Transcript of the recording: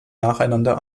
nacheinander